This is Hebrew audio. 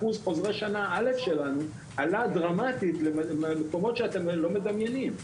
אחוז חוזרי שנה א' שלנו עלה דרמטית למקומות שאתם לא מדמיינים.